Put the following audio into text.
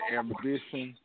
ambition